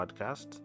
podcast